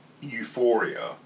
euphoria